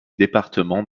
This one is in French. département